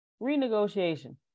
Renegotiation